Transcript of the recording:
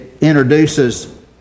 introduces